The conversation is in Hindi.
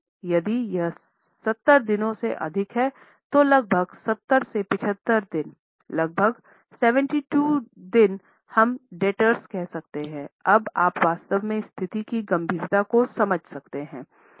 यदि यह 70 दिनों से अधिक है तो लगभग 70 से 75 दिन लगभग 72 दिन हम डेब्टर्स कह सकते हैं अब आप वास्तव में स्थिति की गंभीरता को समझ सकते हैं